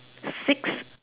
six